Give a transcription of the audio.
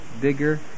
bigger